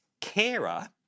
carer